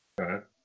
Okay